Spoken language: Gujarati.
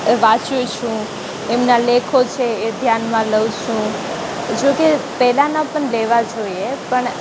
વાંચું છું એમના લેખો છે એ ધ્યાનમાં લઉં છું જોકે પહેલાંના પણ લેવા જોઈએ પણ